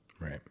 Right